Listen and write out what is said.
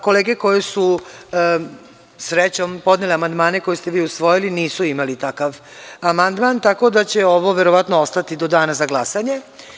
Kolege koje su, srećom, podnele amandmane koje ste vi usvojili, nisu imali takav amandman, tako da će ovo verovatno ostati do Dana za glasanje.